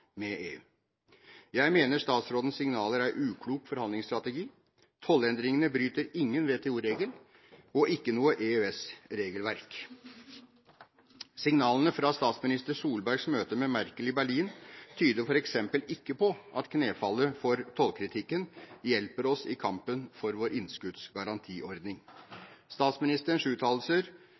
med EU? Jeg mener statsrådens signaler er uklok forhandlingsstrategi. Tollendringene bryter ingen WTO-regel og ikke noe EØS-regelverk. Signalene fra statsminister Solbergs møte med Merkel i Berlin tyder f.eks. ikke på at knefallet for tollkritikken hjelper oss i kampen for vår innskuddsgarantiordning. Statsministerens uttalelser